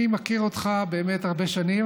אני מכיר אותך באמת הרבה שנים,